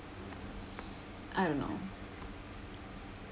I don't know